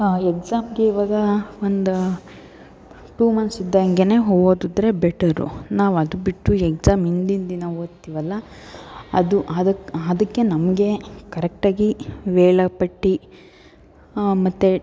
ಎಕ್ಸಾಮಿಗೆ ಇವಾಗ ಒಂದು two months ಇದ್ದಂಗೆ ಹೊ ಓದಿದ್ರೆ ಬೆಟರ್ರು ನಾವು ಅದು ಬಿಟ್ಟು ಎಕ್ಸಾಮ್ ಹಿಂದಿನ್ ದಿನ ಓದ್ತೀವಲ್ಲಾ ಅದು ಅದಕ್ಕೆ ಅದಕ್ಕೆ ನಮಗೆ ಕರೆಕ್ಟಾಗಿ ವೇಳಾಪಟ್ಟಿ ಮತ್ತು